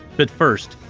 but first,